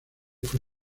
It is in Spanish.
fue